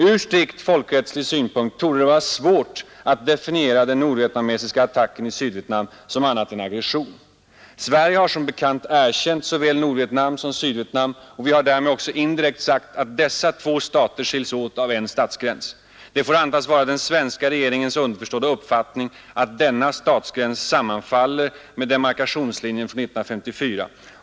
Ur strikt folkrättslig synpunkt torde det vara svårt att definiera den nordvietnamesiska attacken i Sydvietnam som annat än aggression. Sverige har som bekant erkänt såväl Nordvietnam som Sydvietnam, och vi har därmed också indirekt sagt att dessa två stater skils åt av en statsgräns. Det får antas vara den svenska regeringens underförstådda uppfattning att denna statsgräns sammanfaller med 1954 års demarkationslinje.